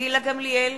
גילה גמליאל,